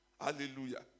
Hallelujah